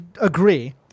agree